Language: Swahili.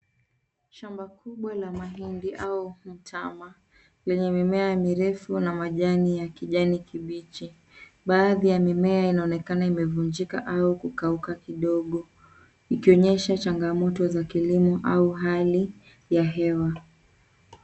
Shamba kubwa la mahindi au mtama, lenye mimea mirefu na majani ya kijani kibichi. Baadhi ya mimea inaonekana imevunjika au kukauka kidogo. Ikionyesha chagamoto za kilimo au hali ya hewa.